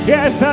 Yes